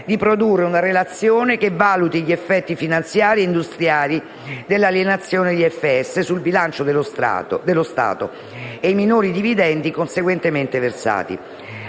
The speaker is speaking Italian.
di produrre una relazione che valuti gli effetti finanziari e industriali della alienazione di FS sul bilancio dello Stato, e i minori dividendi conseguentemente versati;